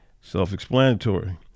Self-explanatory